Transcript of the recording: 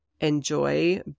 enjoy